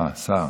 אה, שר.